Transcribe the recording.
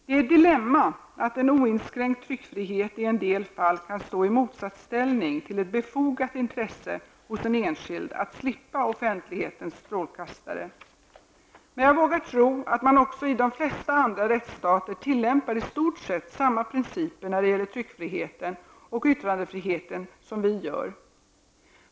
Det är ett dilemma att en oinskränkt tryckfrihet i en del fall kan stå i motsattsställning till ett befogat intresse hos en enskild att slippa offentlighetens strålkastare. Men jag vågar tro att man också i de flesta andra rättsstater tillämpar i stort sett samma principer när det gäller tryckfriheten och yttrandefriheten som vi gör.